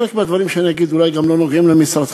חלק מהדברים שאני אגיד אולי גם לא נוגעים למשרדך,